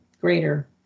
greater